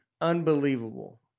unbelievable